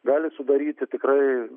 gali sudaryti tikrai